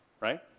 right